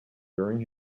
during